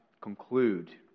conclude